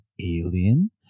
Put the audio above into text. alien